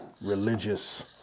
religious